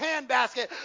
handbasket